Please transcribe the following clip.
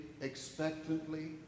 expectantly